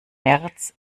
nerz